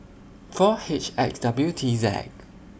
four H X W T Z